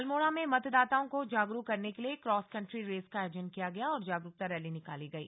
अल्मोड़ा में मतदाताओं को जागरूक करने के लिए क्रॉस कंट्री रेस का आयोजन किया गया और जागरूकता रैली निकाली गयी